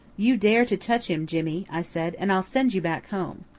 you dare to touch him, jimmy, i said, and i'll send you back home.